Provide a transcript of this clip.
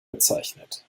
bezeichnet